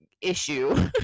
issue